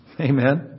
Amen